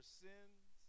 sins